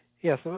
Yes